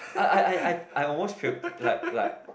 I I I I almost puke like like